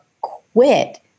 quit